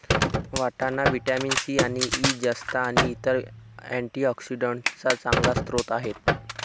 वाटाणा vitamin C आणि E, जस्त आणि इतर अँटीऑक्सिडेंट्सचा चांगला स्रोत आहे